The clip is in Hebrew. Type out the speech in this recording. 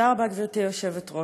תודה רבה, גברתי היושבת-ראש.